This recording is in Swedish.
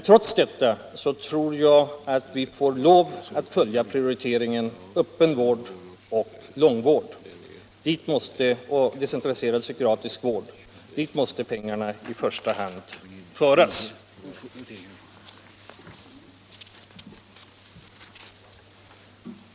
Trots detta tror jag att vi får lov att prioritera öppenvård, långvård och decentraliserad psykiatrisk vård. Till dessa områden måste pengarna i första hand föras.